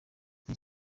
iri